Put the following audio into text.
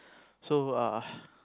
so uh